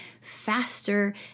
faster